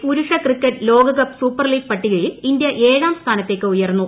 C പുരുഷ cricket ലോക cup super league പട്ടികയിൽ ഇന്തൃ ഏഴാം സ്ഥാനത്തേക്ക് ഉയർന്നു